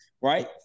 right